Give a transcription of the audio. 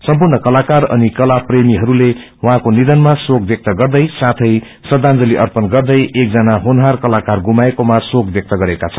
सम्पूर्ण कताकार अनि कताप्रेमीहरूले उहाँको निधनमा शेक व्यक्त गर्दै साती श्रदाजली अर्पण गर्दै एकजना होनारि कलाकार गुमाएकोमा शेक व्यक्त गरेका छन्